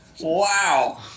Wow